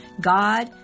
God